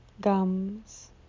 gums